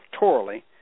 Electorally